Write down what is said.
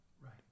right